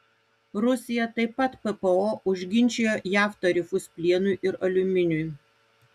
rusija taip pat ppo užginčijo jav tarifus plienui ir aliuminiui